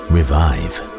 Revive